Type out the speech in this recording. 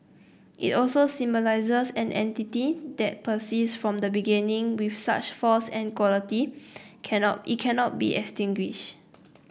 it also symbolises an entity that persists from the beginning with such force and quality can not it cannot be extinguished